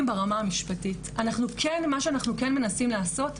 ברמה המשפטית מה שאנחנו כן מנסים לעשות,